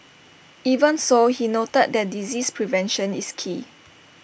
even so he noted that disease prevention is key